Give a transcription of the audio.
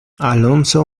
alonso